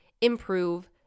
improve